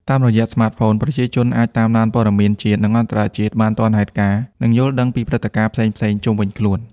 តាមរយៈស្មាតហ្វូន ប្រជាជនអាច តាមដានព័ត៌មានជាតិ និងអន្តរជាតិបានទាន់ហេតុការណ៍ និងយល់ដឹងពីព្រឹត្តិការណ៍ផ្សេងៗជុំវិញខ្លួន។